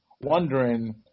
wondering